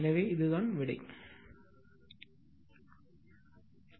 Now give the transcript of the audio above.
எனவே இதுதான் பதில்